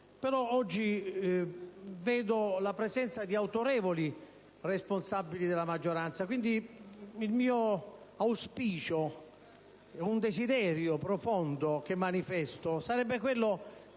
Però oggi noto la presenza di autorevoli responsabili della maggioranza, quindi il mio auspicio - è un desidero profondo che manifesto - sarebbe di